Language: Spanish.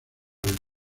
ver